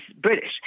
British